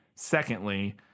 Secondly